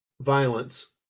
violence